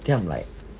then I'm like